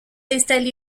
installé